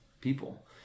people